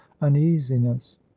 uneasiness